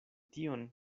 tion